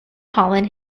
holland